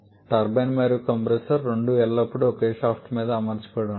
turbine మరియు compressor రెండూ ఎల్లప్పుడూ ఒకే షాఫ్ట్ మీద అమర్చబడి ఉంటాయి